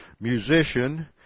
musician